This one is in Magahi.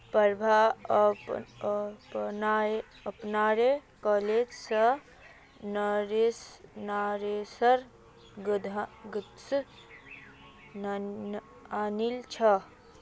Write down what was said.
प्रभा अपनार कॉलेज स अनन्नासेर गाछ आनिल छ